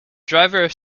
driver